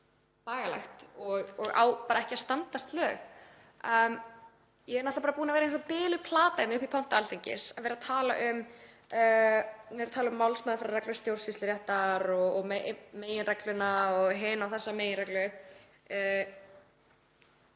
bagalegt og á ekki að standast lög. Ég er náttúrlega búin að vera eins og biluð plata hérna uppi í pontu Alþingis, að tala um málsmeðferðarreglur stjórnsýsluréttar og meginregluna og hina og þessa meginreglu.